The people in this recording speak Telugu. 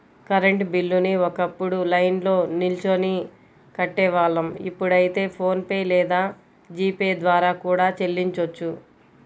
కరెంట్ బిల్లుని ఒకప్పుడు లైన్లో నిల్చొని కట్టేవాళ్ళం ఇప్పుడైతే ఫోన్ పే లేదా జీ పే ద్వారా కూడా చెల్లించొచ్చు